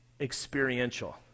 experiential